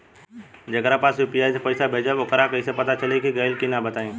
जेकरा पास यू.पी.आई से पईसा भेजब वोकरा कईसे पता चली कि गइल की ना बताई?